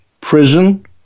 prison